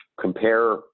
compare